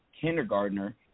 kindergartner